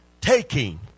taking